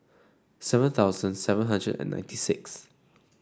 seven thousand seven hundred and ninety sixth